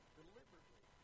deliberately